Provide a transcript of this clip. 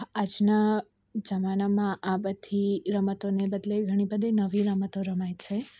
આજના જમાનામાં આ બધી રમતોને બદલે ઘણી બધી નવી રમતો રમાય છે